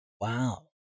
wow